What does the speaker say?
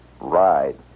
ride